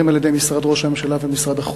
על-ידי משרד ראש הממשלה ומשרד החוץ,